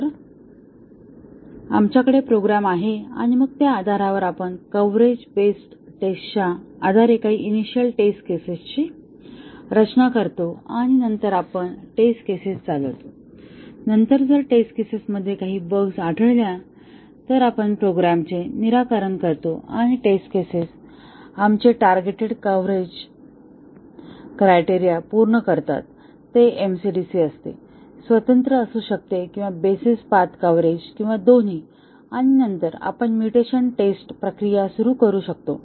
तर आमच्याकडे प्रोग्रॅम आहे आणि मग त्या आधारावर आपण कव्हरेज बेस टेस्टच्या आधारे काही इनिशिअल टेस्ट केसेसची रचना करतो आणि नंतर आपण टेस्ट केसेस चालवतो आणि नंतर जर टेस्ट केसेसमध्ये काही बग्स आढळल्या तर आपण प्रोग्रामचे निराकरण करतो आणि आता टेस्ट केसेस आमचे टार्गेटेड कव्हरेज क्रिटेरिअन पूर्ण करतात ते एमसीडीसी असते स्वतंत्र असू शकते किंवा बेसिस पाथ कव्हरेज किंवा दोन्ही आणि नंतर आपण म्युटेशन टेस्ट प्रक्रिया सुरू करू शकतो